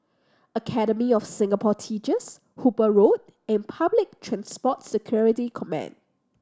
Academy of Singapore Teachers Hooper Road and Public Transport Security Command